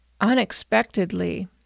unexpectedly